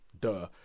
Duh